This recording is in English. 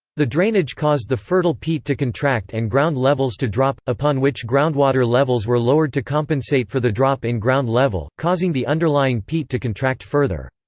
the drainage caused the fertile peat to contract and ground levels to drop, upon which groundwater levels were lowered to compensate for the drop in ground level, causing the underlying peat to contract further.